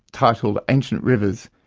titled ancient rivers,